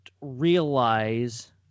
realize